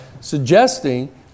suggesting